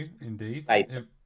indeed